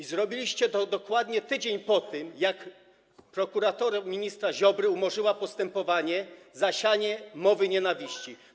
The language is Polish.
I robiliście to dokładnie tydzień po tym, jak prokuratura ministra Ziobry umorzyła postępowanie za sianie mowy nienawiści.